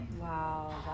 Wow